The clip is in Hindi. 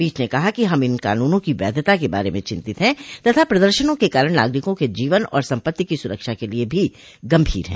पीठ ने कहा कि हम इन कानूनों की वैधता के बारे में चिंतित हैं तथा प्रदर्शनों के कारण नागरिकों के जीवन और सम्पत्ति की सुरक्षा के लिए भी गंभीर हैं